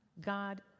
God